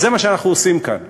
וזה מה שאנחנו עושים כאן: